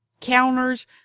Counters